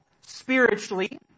spiritually